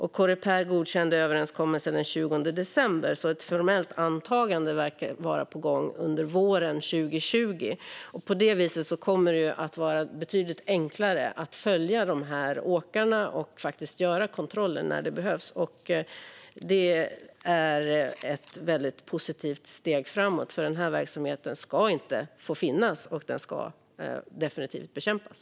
Coreper godkände överenskommelsen den 20 december, så ett formellt antagande verkar vara på gång under våren 2020. På det viset kommer det att bli betydligt enklare att följa åkarna och göra kontroller när det behövs. Detta är ett positivt steg framåt, för denna verksamhet ska inte få finnas utan ska definitivt bekämpas.